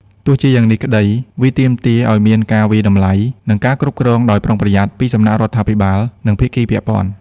ទោះជាយ៉ាងនេះក្តី វាទាមទារឱ្យមានការវាយតម្លៃ និងការគ្រប់គ្រងដោយប្រុងប្រយ័ត្នពីសំណាក់រដ្ឋាភិបាល និងភាគីពាក់ព័ន្ធ។